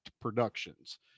productions